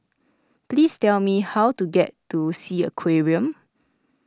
please tell me how to get to Sea Aquarium